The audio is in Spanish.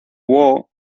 woo